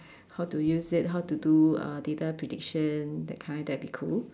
how to use it how to do uh data prediction that kind that'd be cool